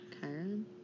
Chiron